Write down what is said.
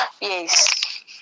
Yes